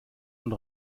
und